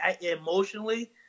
emotionally